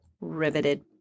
riveted